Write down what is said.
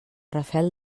rafel